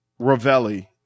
Ravelli